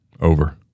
Over